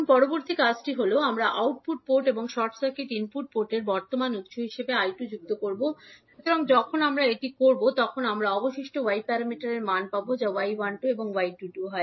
এখন পরবর্তী কাজটি হল আমরা আউটপুট পোর্ট এবং শর্ট সার্কিট ইনপুট পোর্টের বর্তমান উত্স হিসাবে 𝐈2 যুক্ত করব সুতরাং যখন আমরা এটি করব তখন আমরা আবার অবশিষ্ট Y প্যারামিটারের মান পাব যা 𝐲12 এবং 𝐲22 হয়